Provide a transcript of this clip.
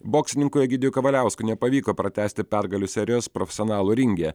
boksininkui egidijui kavaliauskui nepavyko pratęsti pergalių serijos profesionalų ringe